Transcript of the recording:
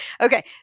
Okay